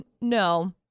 no